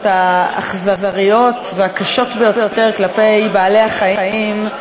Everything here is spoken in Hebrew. האכזריות והקשות ביותר כלפי בעלי-החיים,